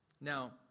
Now